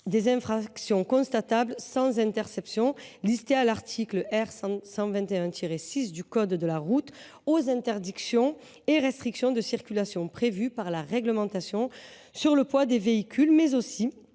des infractions constatables sans interception, recensées à l’article R. 121 6 du code de la route, aux interdictions et aux restrictions de circulation prévues par la réglementation sur le poids des véhicules ; d’autre